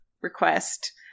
request